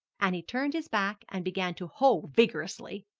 and he turned his back and began to hoe vigorously.